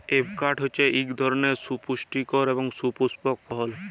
avocado হছে ইক ধরলের সুপুষ্টিকর এবং সুপুস্পক ফল